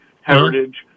Heritage